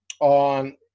on